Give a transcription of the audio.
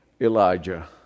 Elijah